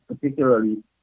particularly